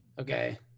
okay